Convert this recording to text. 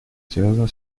связана